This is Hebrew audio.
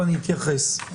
ואני אתייחס.